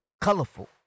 colorful